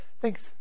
thanks